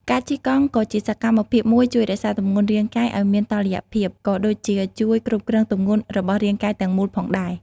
ការជិះកង់ក៏ជាសកម្មភាពមួយជួយរក្សាទម្ងន់រាងកាយឱ្យមានតុល្យភាព ក៏ដូចជាជួយគ្រប់គ្រងទម្ងន់របស់រាងកាយទាំងមូលផងដែរ។